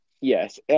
Yes